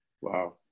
Wow